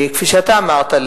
כפי שאתה אמרת,